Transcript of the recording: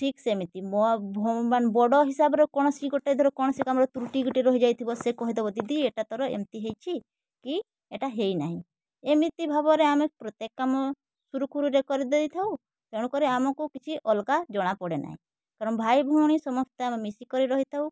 ଠିକ ସେମିତି ମୋ ଭ ମାନେ ବଡ଼ ହିସାବରେ କୌଣସି ଗୋଟେ ଧର କୌଣସି କାମ ରେ ତ୍ରୁଟି ଗୋଟେ ରହି ଯାଇଥିବ ସେ କହିଦବ ଦିଦି ଏଇଟା ତୋର ଏମିତି ହେଇଛି କି ଏଇଟା ହେଇ ନାହିଁ ଏମିତି ଭାବରେ ଆମେ ପ୍ରତ୍ୟେକ କାମ ସୁରୁଖୁରୁ ରେ କରି ଦେଇ ଥାଉ ତେଣୁ କରି ଆମକୁ କିଛି ଅଲଗା ଜଣା ପଡ଼େ ନାହିଁ କାରଣ ଭାଇ ଭଉଣୀ ସମସ୍ତେ ଆମେ ମିଶିକରି ରହିଥାଉ